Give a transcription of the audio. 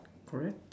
correct